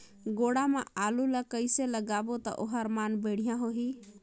गोडा मा आलू ला कइसे लगाबो ता ओहार मान बेडिया होही?